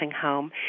home